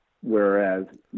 whereas